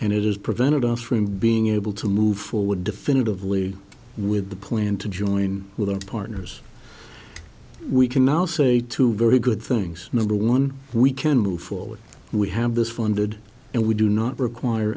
and it is prevented us from being able to move forward definitively with the plan to join with our partners we can now say two very good things number one we can move forward we have this funded and we do not require